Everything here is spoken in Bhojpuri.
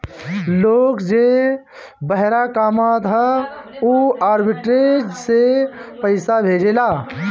लोग जे बहरा कामत हअ उ आर्बिट्रेज से पईसा भेजेला